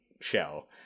shell